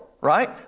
right